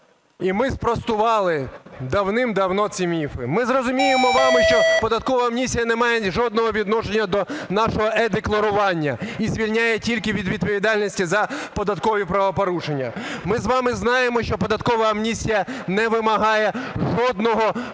І ми спростували давним-давно ці міфи. Ми розуміємо з вами, що податкова амністія не має жодного відношення до нашого е-декларування і звільняє тільки від відповідальності за податкові правопорушення. Ми з вами знаємо, що податкова амністія не вимагає жодного контролю